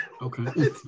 okay